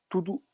tudo